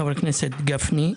חבר הכנסת גפני,